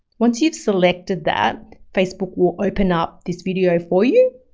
once you've selected that, facebook will open up this video for you.